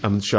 Amit Shah